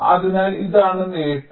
അതിനാൽ ഇതാണ് നേട്ടം